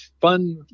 fun